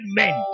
men